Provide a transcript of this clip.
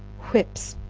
whips.